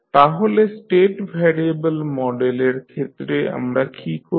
তাহলে state variable মডেলের ক্ষেত্রে আমরা কী করি